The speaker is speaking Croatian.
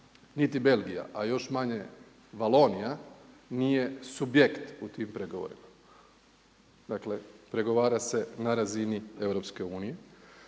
Niti Belgija a još manje Valonija nije subjekt u tim pregovorima. Dakle pregovara se na razini